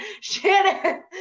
Shannon